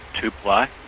Two-ply